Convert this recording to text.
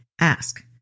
ask